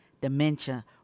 dementia